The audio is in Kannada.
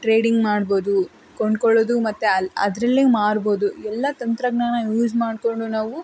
ಟ್ರೇಡಿಂಗ್ ಮಾಡ್ಬೋದು ಕೊಂಡುಕೊಳ್ಳೋದು ಮತ್ತು ಅಲ್ಲಿ ಅದರಲ್ಲೇ ಮಾರ್ಬೋದು ಎಲ್ಲ ತಂತ್ರಜ್ಞಾನ ಯೂಸ್ ಮಾಡಿಕೊಂಡು ನಾವು